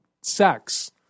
sex